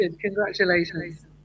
congratulations